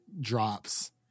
drops